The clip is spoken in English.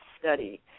study